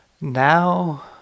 Now